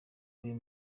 uyu